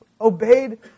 obeyed